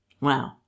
Wow